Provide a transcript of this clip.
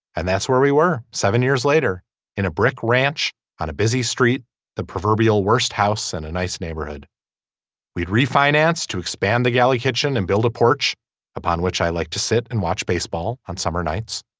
and that's where we were. seven years later in a brick ranch on a busy street the proverbial worst house in and a nice neighborhood we'd refinanced to expand the galley kitchen and build a porch upon which i like to sit and watch baseball on summer nights.